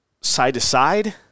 side-to-side